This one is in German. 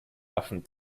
affen